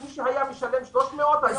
מי ששילם 300 והיום צריך לשלם 3,000,